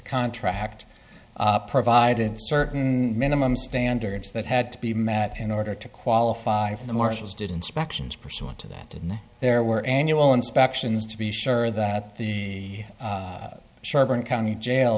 contract provided certain minimum standards that had to be met in order to qualify for the marshals didn't spec sions pursuant to that there were annual inspections to be sure that the sherborne county jail